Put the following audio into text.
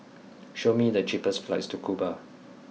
show me the cheapest flights to Cuba